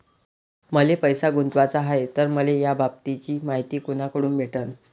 मले पैसा गुंतवाचा हाय तर मले याबाबतीची मायती कुनाकडून भेटन?